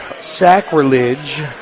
sacrilege